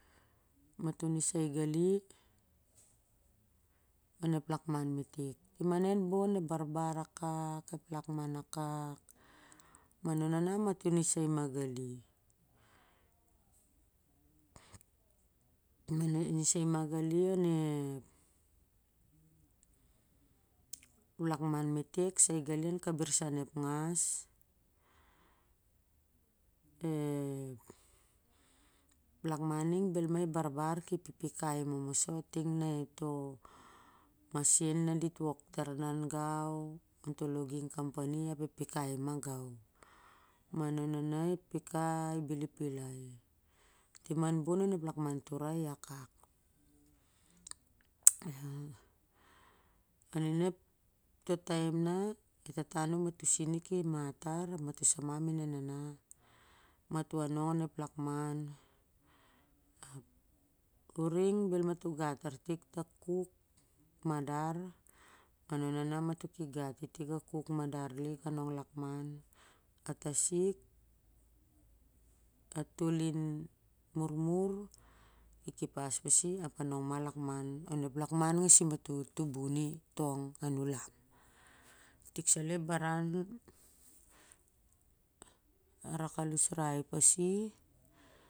Mato a nisai gali onep lakman metek tim a ne an bon ep barbar akak lakman akak naona mato nisai ma gali onep lakman metek sai gali an kabrisan ep ngas ep lakman ning bel mamoso i barbar ma ki pipikai mamoso ting na tohmassin na dit wok tar a nan gau on toh logging kamani ap ep pikai ma gau gau ma naona ep pikai bel ma i pilai gau tim an bon onep lakman turai i akak. On i na toh taem na e tata a numato sin ki mat tar ap mato sama main e nana ma toh a nong on ep lakman ap uring bel mato gat tar tik ta kuk madar, ma naona matoh ki gati tik a kuk madar a nong an lakman. A tasik a tol in murmur i keppas pasi ap a nong ma an lakman nasim mato tu buni tong an lakman tong an ulam, i tik salo ep baran na rak al usrai pasi.